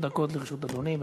שש דקות לרשות אדוני.